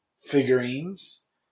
figurines